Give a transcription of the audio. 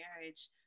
marriage